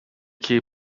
key